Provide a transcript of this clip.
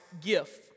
gift